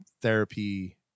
therapy